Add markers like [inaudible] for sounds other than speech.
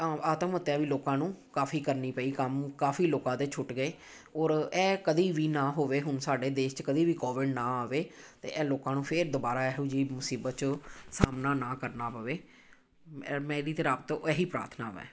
ਆਤਮਹੱਤਿਆ ਵੀ ਲੋਕਾਂ ਨੂੰ ਕਾਫੀ ਕਰਨੀ ਪਈ ਕੰਮ ਕਾਫੀ ਲੋਕਾਂ ਦੇ ਛੁੱਟ ਗਏ ਔਰ ਐ ਕਦੀ ਵੀ ਨਾ ਹੋਵੇ ਹੁਣ ਸਾਡੇ ਦੇਸ਼ 'ਚ ਕਦੇ ਵੀ ਕੋਵਿਡ ਨਾ ਆਵੇ ਅਤੇ ਇਹ ਲੋਕਾਂ ਨੂੰ ਫਿਰ ਦੁਬਾਰਾ ਇਹੋ ਜਿਹੀ ਮੁਸੀਬਤ 'ਚੋਂ ਸਾਹਮਣਾ ਨਾ ਕਰਨਾ ਪਵੇ [unintelligible] ਮੇਰੀ ਤਾਂ ਰੱਬ ਤੋਂ ਇਹੀ ਪ੍ਰਾਰਥਨਾ ਹੈ